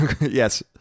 Yes